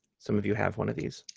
some of you have one of this.